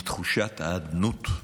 מתחושת האדנות,